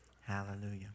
Hallelujah